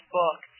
book